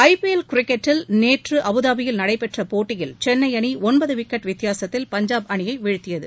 ஐ P L கிரிக்கெட்டில் நேற்று அபுதாபியில் நடைபெற்ற போட்டியில் சென்னை அணி ஒன்பது விக்கெட் வித்தியாசத்தில் பஞ்சாப் அணியை வீழ்த்தியது